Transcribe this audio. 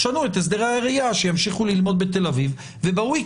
תשנו את הסדרי הראייה שימשיכו ללמוד בתל אביב ובסוף השבוע